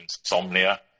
insomnia